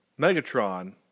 Megatron